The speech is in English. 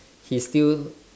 he's still